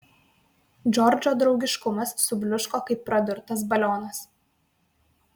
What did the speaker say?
džordžo draugiškumas subliūško kaip pradurtas balionas